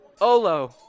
Olo